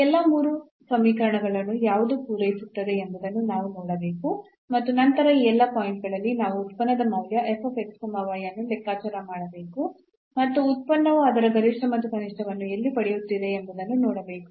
ಈ ಎಲ್ಲಾ ಮೂರು ಸಮೀಕರಣಗಳನ್ನು ಯಾವುದು ಪೂರೈಸುತ್ತದೆ ಎಂಬುದನ್ನು ನಾವು ನೋಡಬೇಕು ಮತ್ತು ನಂತರ ಆ ಎಲ್ಲಾ ಪಾಯಿಂಟ್ ಗಳಲ್ಲಿ ನಾವು ಉತ್ಪನ್ನದ ಮೌಲ್ಯ ಅನ್ನು ಲೆಕ್ಕಾಚಾರ ಮಾಡಬೇಕು ಮತ್ತು ಉತ್ಪನ್ನವು ಅದರ ಗರಿಷ್ಠ ಮತ್ತು ಕನಿಷ್ಠವನ್ನು ಎಲ್ಲಿ ಪಡೆಯುತ್ತಿದೆ ಎಂಬುದನ್ನು ನೋಡಬೇಕು